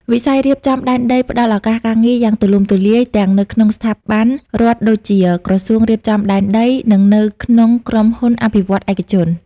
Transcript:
វិស័យរៀបចំដែនដីផ្ដល់ឱកាសការងារយ៉ាងទូលំទូលាយ ទាំងនៅក្នុងស្ថាប័នរដ្ឋដូចជា ក្រសួងរៀបចំដែនដី និងនៅក្នុងក្រុមហ៊ុនអភិវឌ្ឍន៍ឯកជន។